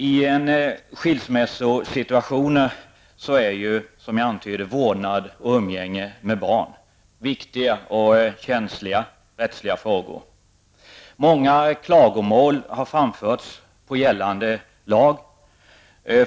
I en skilsmässosituation är, som jag antydde, vårdnad och umgänge med barn viktiga och känsliga rättsliga frågor. Det har framförts många klagomål mot gällande lag.